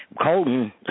Colton